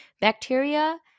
Bacteria